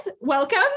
welcome